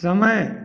समय